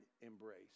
embrace